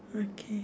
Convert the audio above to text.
okay